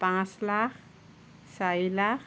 পাঁচ লাখ চাৰি লাখ